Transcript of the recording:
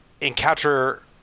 encounter